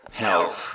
health